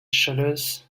shutters